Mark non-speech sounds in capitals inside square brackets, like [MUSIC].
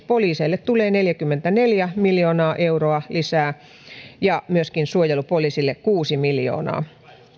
[UNINTELLIGIBLE] poliiseille tulee neljäkymmentäneljä miljoonaa euroa lisää ja myöskin suojelupoliisille kuusi miljoonaa